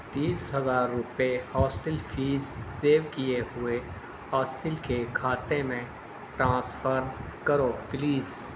تیس ہزار روپئے ہاسٹل فیس سیو کیے ہوئے ہاسٹل کے کھاتے میں ٹرانسفر کرو پلیز